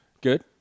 Good